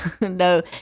No